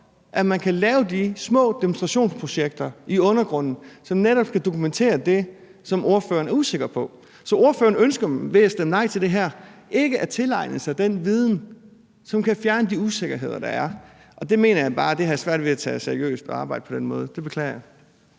at man kan lave de små demonstrationsprojekter i undergrunden, som netop skal dokumentere det, som ordføreren er usikker på. Så ordføreren ønsker ved at stemme nej til det her ikke at tilegne sig den viden, som kan fjerne de usikkerheder, der er. At man arbejder på den måde, har jeg bare svært ved at tage seriøst; det beklager jeg.